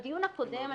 בדיון הקודם,